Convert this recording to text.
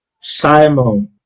Simon